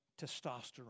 testosterone